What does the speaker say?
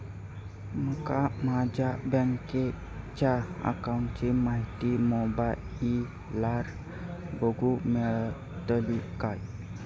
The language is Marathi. माका माझ्या बँकेच्या अकाऊंटची माहिती मोबाईलार बगुक मेळतली काय?